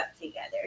together